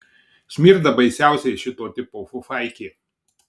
smirda baisiausiai šito tipo fufaikė